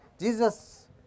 Jesus